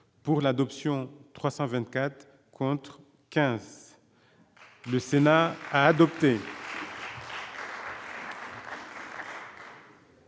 pour l'adoption 324 contre 15. Le Sénat a adopté.